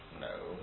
No